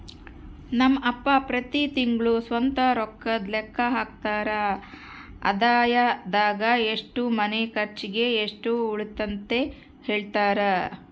ನಮ್ ಅಪ್ಪ ಪ್ರತಿ ತಿಂಗ್ಳು ಸ್ವಂತ ರೊಕ್ಕುದ್ ಲೆಕ್ಕ ಹಾಕ್ತರ, ಆದಾಯದಾಗ ಎಷ್ಟು ಮನೆ ಕರ್ಚಿಗ್, ಎಷ್ಟು ಉಳಿತತೆಂತ ಹೆಳ್ತರ